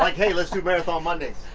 like hey let's do marathon mondays.